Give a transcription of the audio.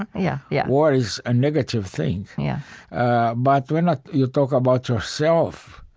yeah, yeah war is a negative thing yeah but we're not you talk about yourself.